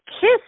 kiss